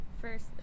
First